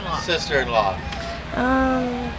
sister-in-law